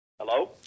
Hello